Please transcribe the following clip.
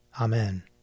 Amen